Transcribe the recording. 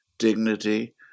dignity